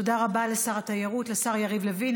תודה רבה לשר התיירות, לשר יריב לוין.